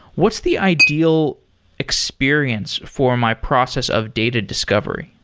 what's the ideal experience for my process of data discovery?